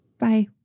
Bye